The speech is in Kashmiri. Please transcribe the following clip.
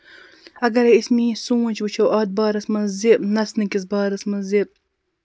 اَگر ٲسۍ میٛٲنۍ سونچ وُچھو اَتھ بارَس منٛز زِ نَژنہٕ کِس بارَس منٛز زِ